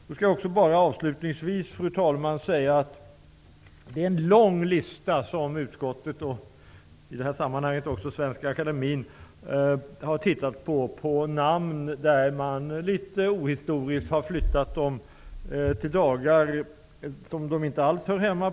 Det är en lång rad namn som helt har uteslutits eller som enligt utskottets uppfattning -- och i det här sammanhanget också Svenska Akademiens -- litet ohistoriskt har flyttats till dagar där de inte alls hör hemma.